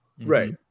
right